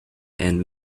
and